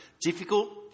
difficult